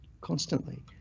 constantly